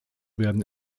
werden